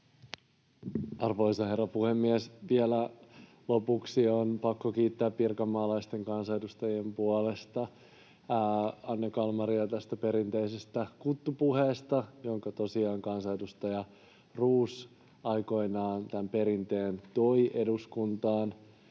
Arvoisa herra puhemies! Vielä lopuksi on pakko kiittää pirkanmaalaisten kansanedustajien puolesta Anne Kalmaria perinteisestä kuttupuheesta, jonka perinteen tosiaan kansanedustaja Roos aikoinaan toi eduskuntaan.